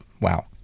Wow